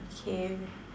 okay